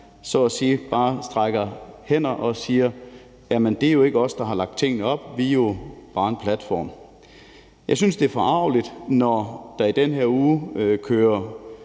så at sige bare strækker gevær og siger: Det er jo ikke os, der har lagt tingene op, vi er bare en platform. Jeg synes, at det er forargeligt, når der i den her uge kører